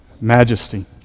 majesty